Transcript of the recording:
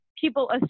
people